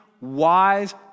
wise